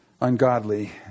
Ungodly